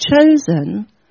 chosen